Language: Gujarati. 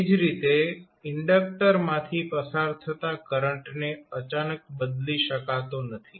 એ જ રીતે ઇન્ડક્ટર માંથી પસાર થતા કરંટને અચાનક બદલી શકાતો નથી